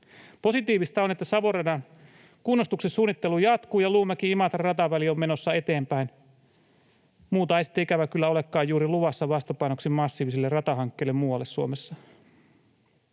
Positiivista on, että Savon radan kunnostuksen suunnittelu jatkuu ja Luumäki—Imatra-rataväli on menossa eteenpäin. Muuta ei sitten, ikävä kyllä, olekaan juuri luvassa vastapainoksi massiivisille ratahankkeille muualla Suomessa.